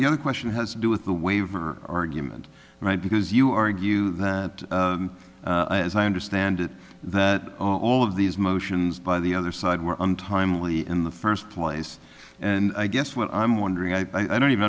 the other question has to do with the waiver argument right because you argue as i understand it that all of these motions by the other side were untimely in the first place and i guess what i'm wondering i don't even